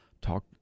talk